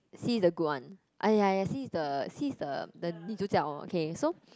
C is the good one ah ya ya C is the C is the the 女主角 okay so